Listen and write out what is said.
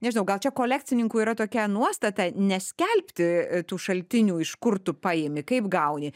nežinau gal čia kolekcininkų yra tokia nuostata neskelbti tų šaltinių iš kur tu paimi kaip gauni